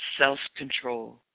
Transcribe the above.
self-control